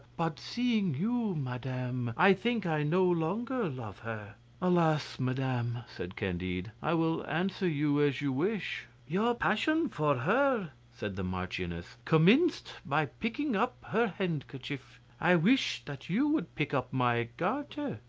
but seeing you, madame, i think i no longer love her alas! madame, said candide, i will answer you as you wish. your passion for her, said the marchioness, commenced by picking up her handkerchief. i wish that you would pick up my garter.